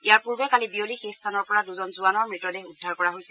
ইয়াৰ পূৰ্বে কালি বিয়লি সেই স্থানৰ পৰা দূজন জোৱানৰ মৃতদেহ উদ্ধাৰ কৰা হৈছিল